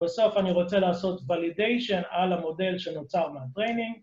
‫בסוף אני רוצה לעשות ולידיישן ‫על המודל שנוצר מהטרנינג.